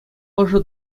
ӑшӑ